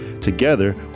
Together